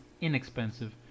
inexpensive